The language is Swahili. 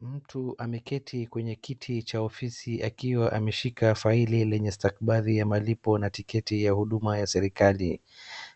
Mtu ameketi kwenye kiti cha ofisi akiwa ameshika failieney lenye stakabadhi ya malipo na tiketi ya huduma ya serikali.